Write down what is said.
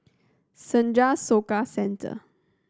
Senja Soka Centre